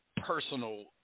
Personal